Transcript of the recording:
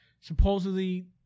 supposedly